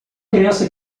criança